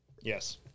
Yes